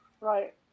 Right